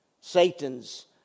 Satan's